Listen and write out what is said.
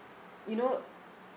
you know